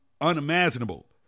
unimaginable